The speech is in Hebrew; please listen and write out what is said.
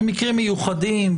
במקרים מיוחדים,